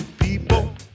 people